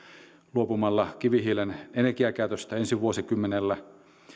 luopumalla kivihiilen energiakäytöstä ensi vuosikymmenellä